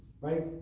right